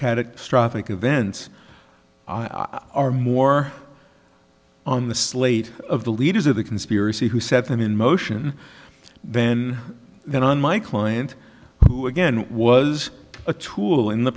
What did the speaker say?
traffic events are more on the slate of the leaders of the conspiracy who set them in motion then then on my client who again was a tool in the